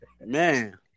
man